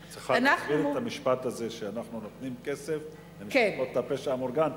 את צריכה להסביר את המשפט הזה שאנחנו נותנים כסף למשפחות הפשע המאורגן,